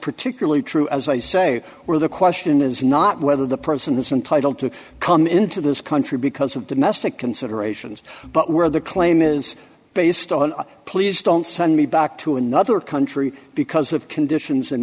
particularly true as i say where the question is not whether the person is entitled to come into this country because of domestic considerations but where the claim is based on please don't send me back to another country because of conditions in